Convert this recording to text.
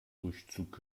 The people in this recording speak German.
durchzug